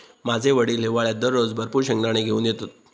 माझे वडील हिवाळ्यात दररोज भरपूर शेंगदाने घेऊन येतत